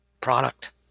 product